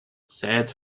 said